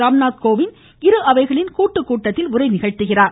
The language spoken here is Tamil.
ராம்நாத் கோவிந்த் இரு அவைகளின் கூட்டுக்கூட்டத்தில் உரை நிகழ்த்துகிறார்